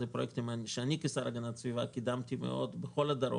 אלה פרויקטים שאני כשר להגנת הסביבה קידמתי מאוד בכל הדרום.